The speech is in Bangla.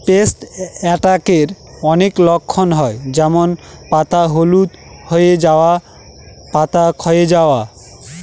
পেস্ট অ্যাটাকের অনেক লক্ষণ হয় যেমন পাতা হলুদ হয়ে যাওয়া, পাতা ক্ষয়ে যাওয়া